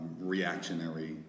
reactionary